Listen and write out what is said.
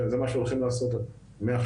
זה מה שהולכים לעשות מעכשיו.